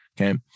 Okay